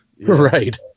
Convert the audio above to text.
Right